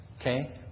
Okay